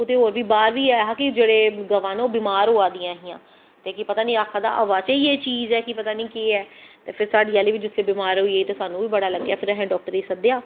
कुतै होर बी बाह्र बी ऐहा कुते गवां न ओह् बमार होआ दियां हां ते आक्खा दा पता नी हवा च गै इयै चीज़ ऐ पता नी ते फिर साढ़े आह्ली बी जिसलै बमार होई गेई ते साह्नू बी फिर बड़ा लग्गेआ ते फिर असैं डाक्टर गी सद्देआ